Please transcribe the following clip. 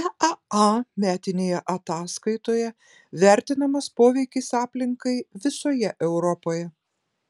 eaa metinėje ataskaitoje vertinamas poveikis aplinkai visoje europoje